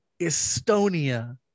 Estonia